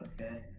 okay